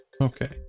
Okay